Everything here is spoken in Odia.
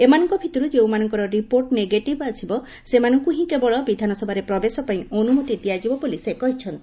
ଏମାନଙ୍କ ଭିତରୁ ଯେଉଁମାନଙ୍କର ରିପୋର୍ଟ ନେଗେଟିଭ୍ ଆସିବ ସେମାନଙ୍କୁ ହି କେବଳ ବିଧାନସଭାରେ ପ୍ରବେଶ ପାଇଁ ଅନୁମତି ଦିଆଯିବ ବୋଲି ସେ କହିଛନ୍ତି